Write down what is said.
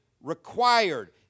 required